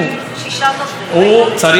וההוא ישב עם השני והשלישי,